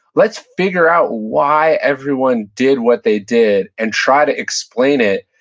let's figure out why everyone did what they did and try to explain it.